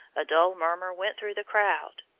a dull murmur went through the crowd.